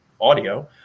audio